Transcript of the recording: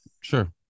sure